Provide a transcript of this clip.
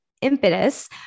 impetus